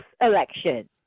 election